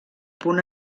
punt